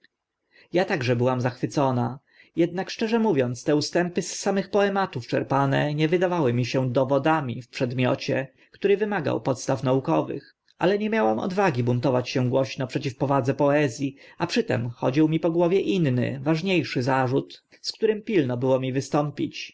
ja także byłam zachwycona jednak szczerze mówiąc te ustępy z samych poematów czerpane nie wydawały mi się dowodami w przedmiocie który wymagał podstaw naukowych ale nie miałam odwagi buntować się głośno przeciw powadze poez i a przy tym chodził mi po głowie inny ważnie szy zarzut z którym pilno było mi wystąpić